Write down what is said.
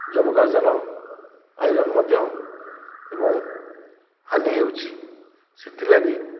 ଯବକ୍ଷାରଜାନ iron ମଧ୍ୟ ଏବଂ ହାନି ହେଉଛି ସେଥିଲାଗି